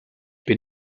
bin